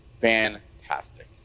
fantastic